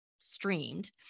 streamed